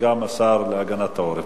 וגם השר להגנת העורף.